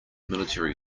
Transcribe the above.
military